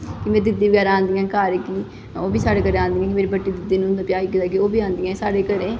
इ'यां मेरी दीदी बगैरा आंदियां घर ओह् बी साढ़े घर आंदियां मेरी बड्डी दीदी न उं'दा ब्याह् होई गेदा ओह् बी आंदियां साढ़े घरें